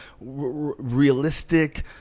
realistic